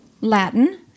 Latin